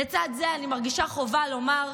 לצד זה אני מרגישה חובה לומר כאן,